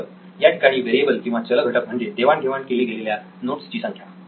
तर याठिकाणी वेरिएबल किंवा चल घटक म्हणजे देवाण घेवाण केले गेलेल्या नोट्स ची संख्या